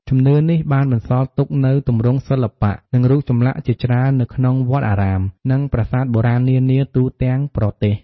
ជំនឿនេះបានបន្សល់ទុកនូវទម្រង់សិល្បៈ និងរូបចម្លាក់ជាច្រើននៅក្នុងវត្តអារាម និងប្រាសាទបុរាណនានាទូទាំងប្រទេស។